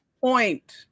point